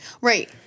Right